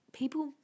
People